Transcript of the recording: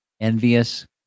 envious